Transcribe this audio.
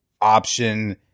option